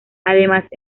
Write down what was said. además